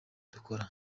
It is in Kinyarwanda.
dukora